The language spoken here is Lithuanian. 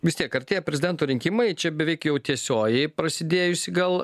vis tiek artėja prezidento rinkimai čia beveik jau tiesioji prasidėjusi gal